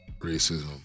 racism